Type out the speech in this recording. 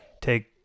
take